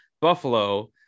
buffalo